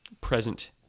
present